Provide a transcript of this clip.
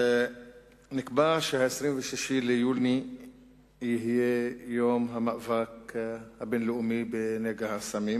נקבע ש-23 ביוני יהיה יום המאבק הבין-לאומי בנגע הסמים,